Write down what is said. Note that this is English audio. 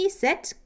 set